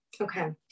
Okay